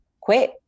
quit